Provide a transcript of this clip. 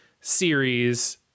series